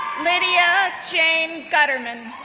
lydia jane guterman,